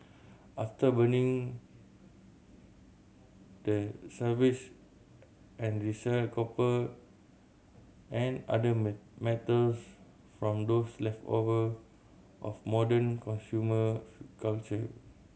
after burning they service and resell copper and other metals from those leftover of modern consumer culture